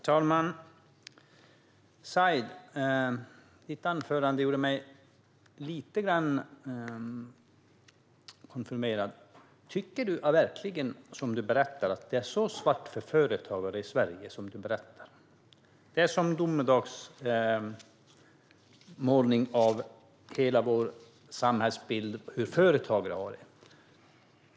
Herr talman! Ditt anförande gjorde mig lite konfunderad, Said. Tycker du verkligen att det är så svart för företagare i Sverige som du berättade? Det är som en domedagsmålning av hela vår samhällsbild av hur företagare har det.